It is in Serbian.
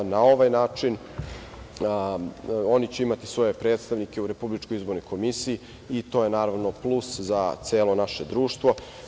Na ovaj način oni će imati svoje predstavnike u Republičkoj izbornoj komisiji i to je plus za celo naše društvo.